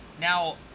Now